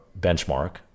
benchmark